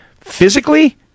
physically